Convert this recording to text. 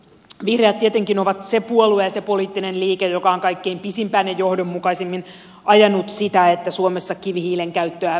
vihreät tietenkin on se puolue ja se poliittinen liike joka on kaikkein pisimpään ja johdonmukaisimmin ajanut sitä että suomessa kivihiilen käyttöä vähennetään